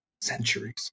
centuries